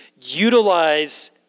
utilize